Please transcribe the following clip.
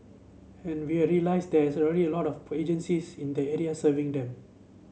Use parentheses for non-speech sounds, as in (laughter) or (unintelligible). and we are realised that there is already a lot of (unintelligible) agencies in the area serving them